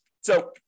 So-